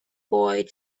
boy